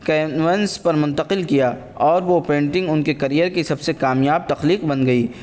canvas پر منتقل کیا اور وہ پینٹنگ ان کے کریئر کی سب سے کامیاب تخلیق بن گئی